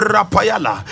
Rapayala